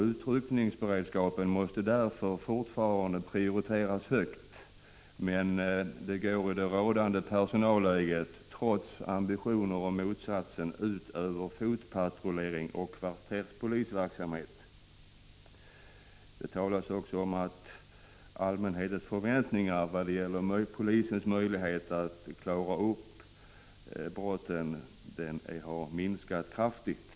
Utryckningsberedskapen måste därför fortfarande prioriteras högt, men det går i det rådande personalläget — trots ambitioner om motsatsen — ut över fotpatrullering och kvarterspolisverksamhet.” Det talas också om att allmänhetens förväntningar på polisens möjligheter att klara upp brotten har minskat kraftigt.